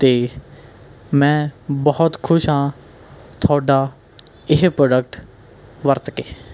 ਅਤੇ ਮੈਂ ਬਹੁਤ ਖੁਸ਼ ਹਾਂ ਤੁਹਾਡਾ ਇਹ ਪ੍ਰੋਡਕਟ ਵਰਤ ਕੇ